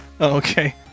okay